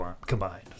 combined